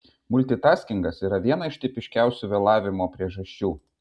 multitaskingas yra viena iš tipiškiausių vėlavimo priežasčių